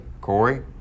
Corey